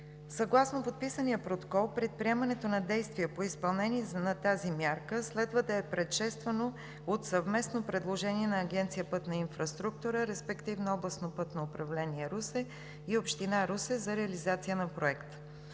Съгласно подписания протокол предприемането на действия по изпълнение на тази мярка следва да е предшествано от съвместно предложение на Агенция „Пътна инфраструктура“, респективно Областно пътно управление – Русе, и Община Русе за реализация на проекта.